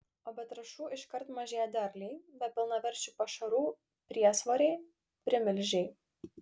o be trąšų iškart mažėja derliai be pilnaverčių pašarų priesvoriai primilžiai